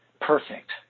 perfect